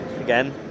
again